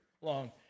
long